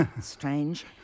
strange